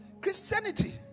Christianity